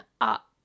up